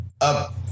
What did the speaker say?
up